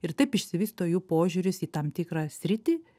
ir taip išsivysto jų požiūris į tam tikrą sritį